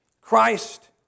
Christ